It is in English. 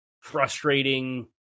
frustrating